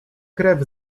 krew